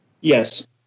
Yes